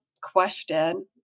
question